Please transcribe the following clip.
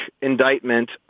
indictment